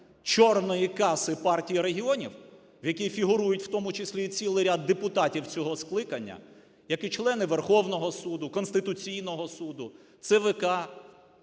"чорної каси" Партії регіонів, в якій фігурують і в тому числі цілий ряд депутатів цього скликання, як і члени Верховного Суду, Конституційного Суду, ЦВК,